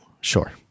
sure